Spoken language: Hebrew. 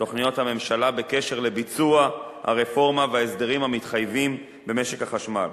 תוכניות הממשלה בקשר לביצוע הרפורמה וההסדרים המתחייבים במשק החשמל.